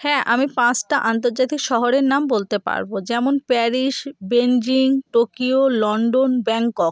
হ্যাঁ আমি পাঁশটা আন্তর্জাতিক শহরের নাম বলতে পারবো যেমন Paris Beijing Tokyo London Bangkok